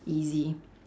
easy